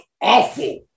awful